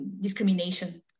discrimination